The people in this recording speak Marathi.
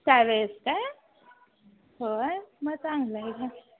चालेल काय होय मग चांगलं आहे हा